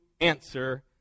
answer